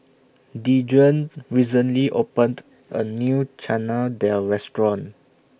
Dejuan recently opened A New Chana Dal Restaurant